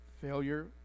Failure